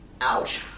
ouch